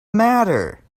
matter